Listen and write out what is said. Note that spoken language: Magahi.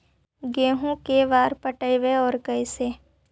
गेहूं के बार पटैबए और कैसे?